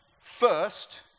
first